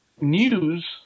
news